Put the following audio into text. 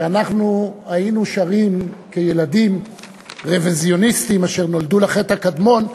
שאנחנו היינו שרים כילדים רוויזיוניסטים אשר נולדו לחטא הקדמון,